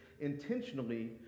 intentionally